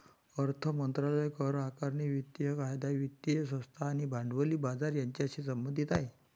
अर्थ मंत्रालय करआकारणी, वित्तीय कायदा, वित्तीय संस्था आणि भांडवली बाजार यांच्याशी संबंधित आहे